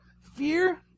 Fear